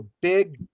big